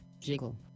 Jiggle